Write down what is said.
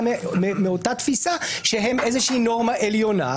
מאותה תפיסה שהם מהווים איזושהי נורמה עליונה.